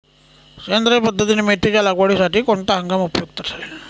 सेंद्रिय पद्धतीने मेथीच्या लागवडीसाठी कोणता हंगाम उपयुक्त ठरेल?